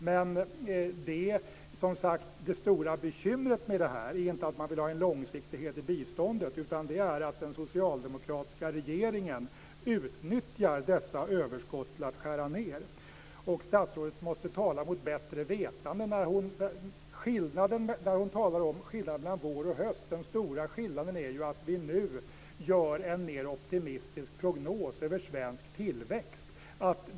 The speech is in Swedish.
Men det stora bekymret med det här är inte att man vill ha en långsiktighet i biståndet, utan det är att den socialdemokratiska regeringen utnyttjar detta överskott till att skära ned. Statsrådet måste tala mot bättre vetande när hon talar om skillnaderna mellan vår och höst. Den stora skillnaden är ju att vi nu gör en mer optimistisk prognos över svensk tillväxt.